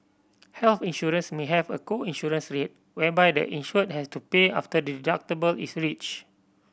health insurance may have a co insurance rate whereby the insured has to pay after the deductible is reached